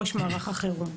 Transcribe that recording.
ראש מערך החירום,